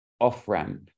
off-ramp